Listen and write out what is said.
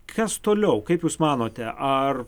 kas toliau kaip jūs manote ar